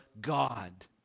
God